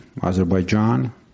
Azerbaijan